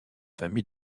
famille